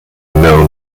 known